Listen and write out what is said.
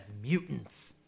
mutants